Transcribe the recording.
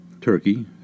turkey